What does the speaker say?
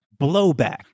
Blowback